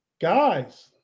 guys